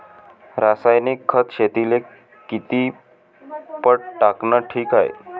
रासायनिक खत शेतीले किती पट टाकनं ठीक हाये?